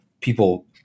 people